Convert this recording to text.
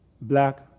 black